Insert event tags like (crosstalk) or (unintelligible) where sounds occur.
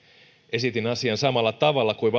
esitin asian samalla tavalla kuin (unintelligible)